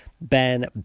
Ben